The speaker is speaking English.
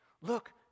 look